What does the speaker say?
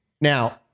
Now